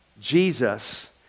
Jesus